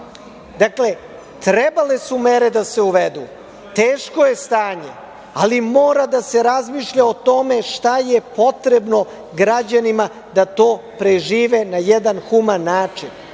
sada? Dakle, trebale su mere da se uvedu. Teško je stanje, ali mora da se razmišlja o tome šta je potrebno građanima da to prežive na jedan human način?